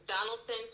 Donaldson